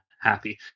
Happy